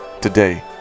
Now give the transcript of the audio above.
today